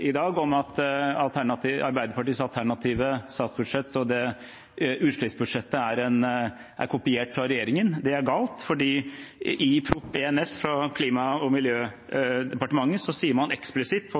i dag, om at Arbeiderpartiets alternative statsbudsjett og utslippsbudsjettet er kopiert fra regjeringen. Det er galt, for i Prop. 1 S for 2018–2019 fra Klima- og miljødepartementet sier man eksplisitt på